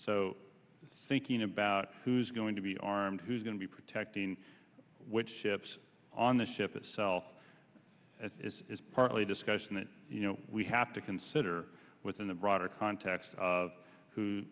so thinking about who's going to be armed who's going to be protecting which ships on the ship itself is partly a discussion that you know we have to consider within the broader context of who